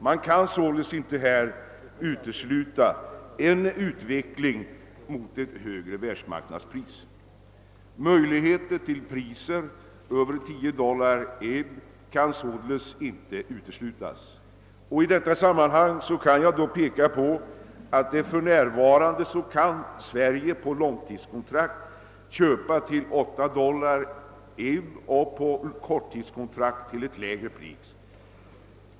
Man kan i det fallet inte utesluta en utveckling mot ett högre världsmarknadspris. Priser på över 10 dollar per Ib uranoxid kan sålunda bli möjliga. Jag vill i sammanhanget peka på att Sverige i dag på långtidskontrakt kan köpa uran till 8 dollar per Ib och på korttidskontrakt till lägre pris.